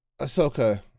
Ahsoka